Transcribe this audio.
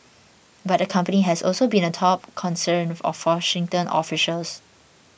but the company has also been a top concern of Washington officials